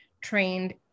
trained